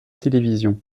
télévision